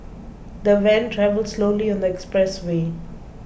the van travelled slowly on the expressway